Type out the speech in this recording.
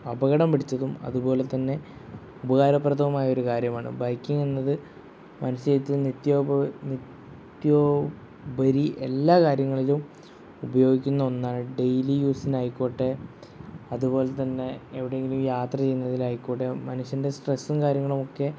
അപകടം പിടിച്ചതും അതുപോലെതന്നെ ഉപകാരപ്രദവുമായൊരു കാര്യമാണ് ബൈക്കിങ്ങെന്നത് മനുഷ്യ ജീവിതത്തിൽ നിത്യോപയോഗ ഉപരി എല്ലാ കാര്യങ്ങളിലും ഉപയോഗിക്കുന്ന ഒന്നാണ് ഡെയ്ലി യൂസിനായിക്കോട്ടെ അതുപോലെതന്നെ എവിടെയെങ്കിലും യാത്ര ചെയ്യുന്നതിലായിക്കോട്ടെ മനുഷ്യൻ്റെ സ്ട്രെസ്സും കാര്യങ്ങളും ഒക്കെ